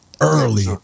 early